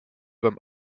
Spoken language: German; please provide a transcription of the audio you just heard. beim